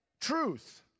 Truth